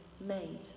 made